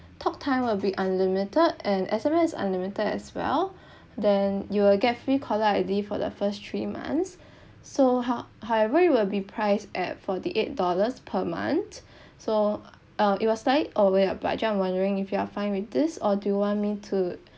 talktime will be unlimited and S_M_S is unlimited as well then you will get free caller I_D for the first three months so how~ however it will be priced at forty eight dollars per month so uh it will slightly over your budget I'm wondering if you are fine with this or do you want me to